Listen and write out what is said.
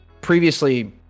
previously